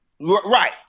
Right